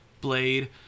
blade